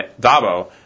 Dabo